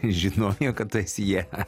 žinojo kad tu esi ją